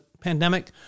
pandemic